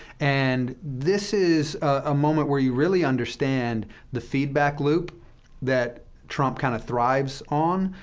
and this is a moment where you really understand the feedback loop that trump kind of thrives on,